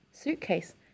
Suitcase